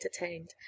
entertained